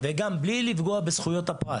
בלי קשר לפגיעה בזכויות הפרט